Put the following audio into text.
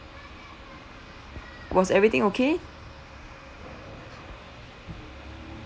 was everything okay